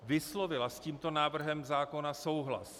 Vyslovila s tímto návrhem zákona souhlas.